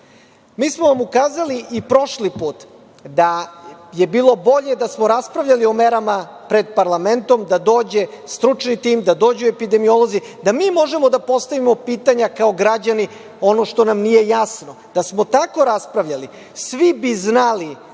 smo vam ukazali i prošli put da je bilo bolje da smo raspravljali o merama pred parlamentom, da dođe stručni tim, da dođu epidemiolozi, da mi možemo da postavimo pitanja kao građani ono što nam nije jasno. Da smo tako raspravljali, svi bismo znali